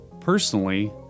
Personally